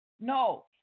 No